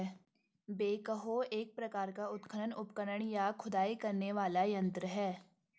backhoe एक प्रकार का उत्खनन उपकरण, या खुदाई करने वाला यंत्र है